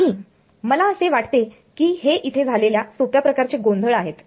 नाही मला असे वाटते की हे इथे झालेले सोप्या प्रकारचे गोंधळ आहेत